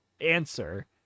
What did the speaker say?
answer